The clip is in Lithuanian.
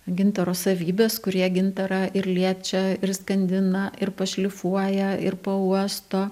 gintaro savybės kurie gintarą ir liečia ir skandina ir pašlifuoja ir pauosto